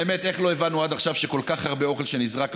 איך לא הבנו עד עכשיו שכל כך הרבה אוכל נזרק?